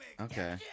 Okay